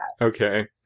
Okay